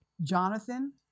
Jonathan